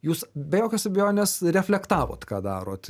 jūs be jokios abejonės reflektavot ką darot